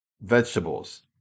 Vegetables